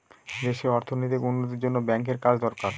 দেশে অর্থনৈতিক উন্নতির জন্য ব্যাঙ্কের কাজ দরকার